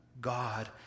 God